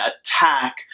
attack